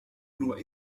nur